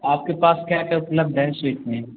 आपके पास क्या क्या उपलब्ध है स्वीट में